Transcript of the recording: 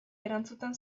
erantzun